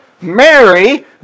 Mary